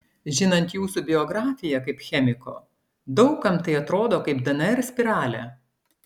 žinant jūsų biografiją kaip chemiko daug kam tai atrodo kaip dnr spiralė